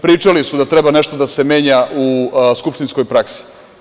Pričali su da treba nešto da se menja u skupštinskoj praksi.